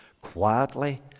quietly